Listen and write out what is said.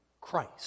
Christ